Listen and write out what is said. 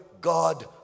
God